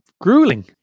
grueling